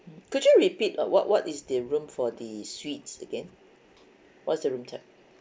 could you repeat uh what what is the room for the suites again what's the room type